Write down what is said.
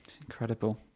Incredible